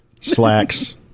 slacks